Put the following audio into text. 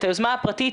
את היוזמה הפרטית,